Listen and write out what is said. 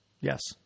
yes